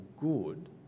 good